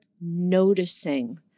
noticing